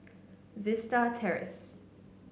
Vista Terrace